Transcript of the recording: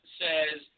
says